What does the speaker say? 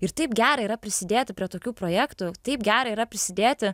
ir taip gera yra prisidėti prie tokių projektų taip gera yra prisidėti